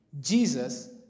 Jesus